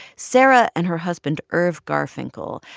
sara and her husband, irv garfinkel,